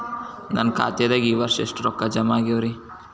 ನನ್ನ ಖಾತೆದಾಗ ಈ ವರ್ಷ ಎಷ್ಟು ರೊಕ್ಕ ಜಮಾ ಆಗ್ಯಾವರಿ?